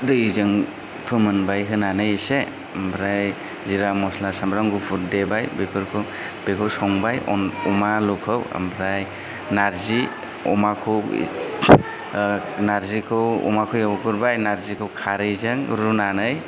दैजों फोमोनबाय होनानै एसे ओमफ्राय जिरा मस्ला सामब्राम गुफुर देबाय बेफोरखौ बेखौ संबाय अ अमा आलुखौ ओमफ्राय नारजि अमाखौ नारजिखौ अमाखौ एवग्रोबाय नारजिखौ खारैजों रुनानै